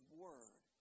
word